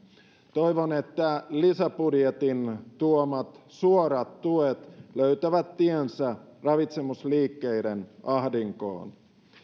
toivon että lisäbudjetin tuomat suorat tuet löytävät tiensä ravitsemusliikkeiden ahdinkoon